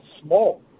small